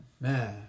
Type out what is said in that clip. Man